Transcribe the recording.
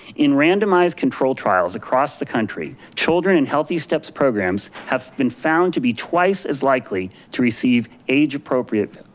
in randomized control trials across the country, children in healthysteps programs have been found to be twice as likely to receive age appropriate